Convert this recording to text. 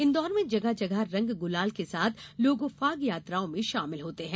इन्दौर में जगह जगह रंग गुलाल के साथ लोग फाग यात्राओं में शामिल होते है